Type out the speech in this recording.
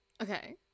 Okay